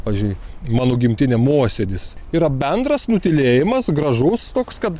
pavyzdžiui mano gimtinė mosėdis yra bendras nutylėjimas gražus toks kad